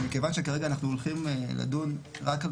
מכיוון שכרגע אנחנו הולכים לדון רק על